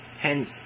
Hence